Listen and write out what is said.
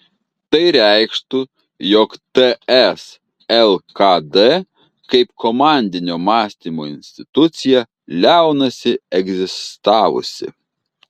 tai reikštų jog ts lkd kaip komandinio mąstymo institucija liaunasi egzistavusi